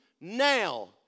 now